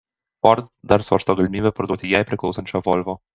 ford dar svarsto galimybę parduoti jai priklausančią volvo